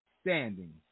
standing